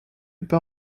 pas